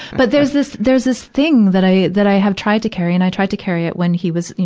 but there's this, there's this thing that i, that i have tried to carry. and i tried to carry it when he was, you